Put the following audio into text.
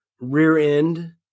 rear-end